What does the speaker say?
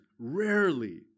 rarely